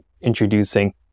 introducing